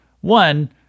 One